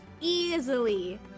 easily